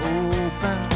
open